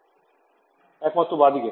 একমাত্র বাঁদিকে